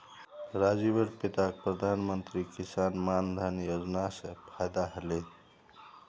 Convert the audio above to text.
राजीवेर पिताक प्रधानमंत्री किसान मान धन योजना स फायदा ह ले